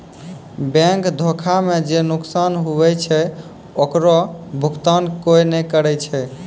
bank धोखा मे जे नुकसान हुवै छै ओकरो भुकतान कोय नै करै छै